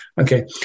Okay